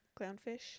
clownfish